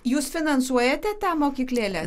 jūs finansuojate tą mokyklėlę